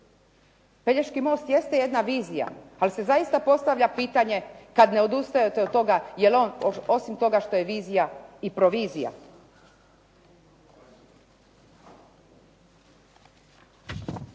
Pelješki most jeste jedna vizija, ali se zaista postavlja pitanje kad ne odustajete od toga, je li on osim toga što je vizija i provizija?